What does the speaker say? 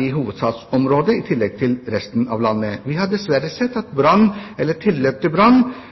i hovedstadsområdet i tillegg til i resten av landet. Vi har dessverre sett at brann eller tilløp til brann